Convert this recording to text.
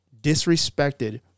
disrespected